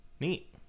neat